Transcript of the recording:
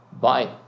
Bye